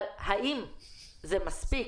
אבל האם זה מספיק?